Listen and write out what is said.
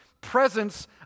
presence